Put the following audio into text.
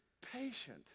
patient